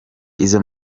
izo